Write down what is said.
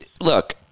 Look